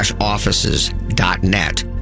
offices.net